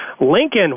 Lincoln